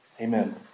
Amen